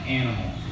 animal